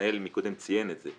המנהל מקודם ציין את זה.